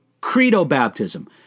credo-baptism